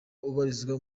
ubarizwa